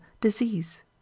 disease